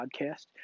podcast